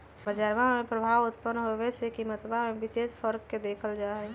बजरवा में प्रभाव उत्पन्न होवे से कीमतवा में विशेष फर्क के देखल जाहई